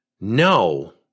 no